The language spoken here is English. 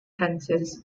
hunters